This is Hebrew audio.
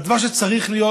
אבל זה דבר שצריך להיות,